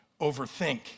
overthink